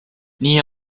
nii